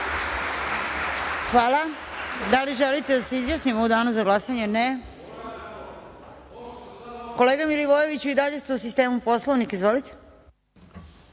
Hvala. Da li želite da se izjasnimo u danu za glasanje? (Ne.)Kolega Milivojeviću, i dalje ste u sistemu, Poslovnik. Izvolite.